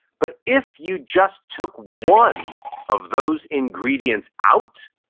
but if you just took one of those ingredients out,